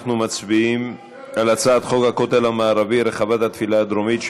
אנחנו מצביעים על הצעת חוק הכותל המערבי (רחבת התפילה הדרומית),